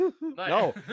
no